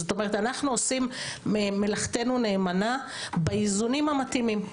זאת אומרת אנחנו עושים מלאכתנו נאמנה באיזונים המתאימים.